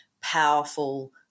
powerful